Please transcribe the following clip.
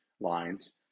lines